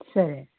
సరే